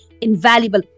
invaluable